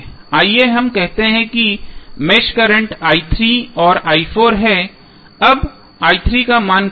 आइए हम कहते हैं कि मेष करंट और है अब का मान क्या होगा